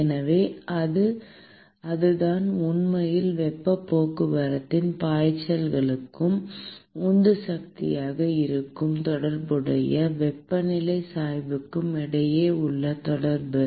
எனவே அதுதான் உண்மையில் வெப்பப் போக்குவரத்தின் பாய்ச்சலுக்கும் உந்து சக்தியாக இருக்கும் தொடர்புடைய வெப்பநிலை சாய்வுக்கும் இடையே உள்ள தொடர்பு